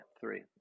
three